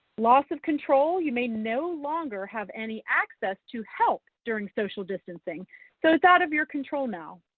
loss of control, you may no longer have any access to help during social distancing so it's out of your control now.